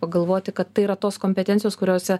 pagalvoti kad tai yra tos kompetencijos kuriose